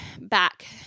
back